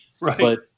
Right